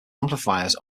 amplifiers